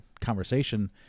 conversation